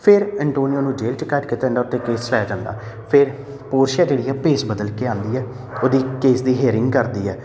ਫਿਰ ਅੰਟੋਨੀਓ ਨੂੰ ਜੇਲ੍ਹ 'ਚ ਕੈਦ ਕੀਤਾ ਜਾਂਦਾ ਉਹ 'ਤੇ ਕੇਸ ਪੈ ਜਾਂਦਾ ਫਿਰ ਪੋਰਸ਼ੀਆ ਜਿਹੜੀ ਹੈ ਭੇਸ ਬਦਲ ਕੇ ਆਉਂਦੀ ਹੈ ਉਹਦੀ ਕੇਸ ਦੀ ਹੇਰਿੰਗ ਕਰਦੀ ਹੈ